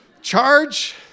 charge